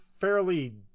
fairly